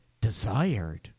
desired